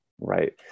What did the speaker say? Right